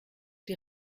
die